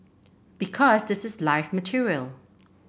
because this is live material